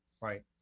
right